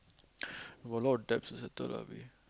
I got a lot of debts to settle lah B